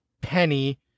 Penny